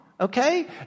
Okay